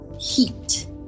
heat